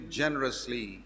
generously